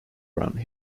round